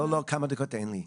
לא, לא, כמה דקות אין לי.